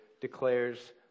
declares